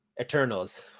Eternals